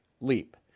leap